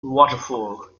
waterfall